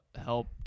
help